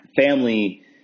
Family